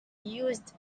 used